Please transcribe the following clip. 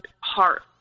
heart